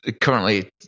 currently